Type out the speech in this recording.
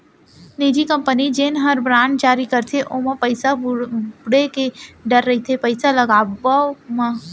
निजी कंपनी जेन हर बांड जारी करथे ओमा पइसा बुड़े के डर रइथे पइसा लगावब म